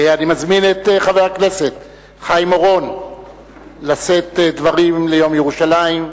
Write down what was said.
אני מזמין את חבר הכנסת חיים אורון לשאת דברים ליום ירושלים,